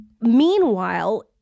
meanwhile